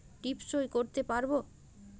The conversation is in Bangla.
টিপ সই করতে পারবো?